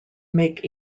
make